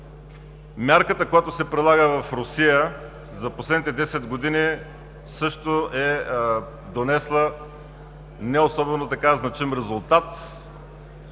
Мярката, която се прилага в Русия, за последните 10 години също не е донесла особено значим резултат.